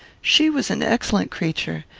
she was an excellent creature,